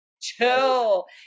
chill